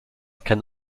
can